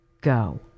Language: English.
Go